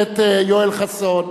יואל חסון,